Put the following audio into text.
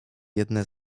jedne